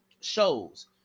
shows